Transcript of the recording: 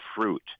fruit